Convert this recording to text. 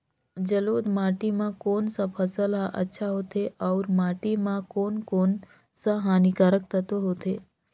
जलोढ़ माटी मां कोन सा फसल ह अच्छा होथे अउर माटी म कोन कोन स हानिकारक तत्व होथे?